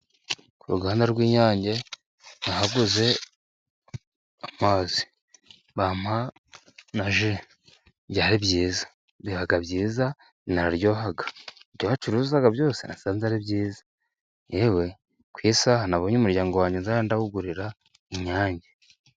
Ku ruganda rw'Inyange nahaguze amazi. Bampa na ji. Byari byiza. Biba byiza biranaryoha. Ibyo bacuruza byose nasanze ari byiza. Yewe kuri saha nabonye umuryango wanjye nzajya ndawugurira Inyange.